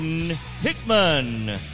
Hickman